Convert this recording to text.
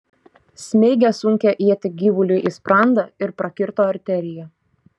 smeigė sunkią ietį gyvuliui į sprandą ir prakirto arteriją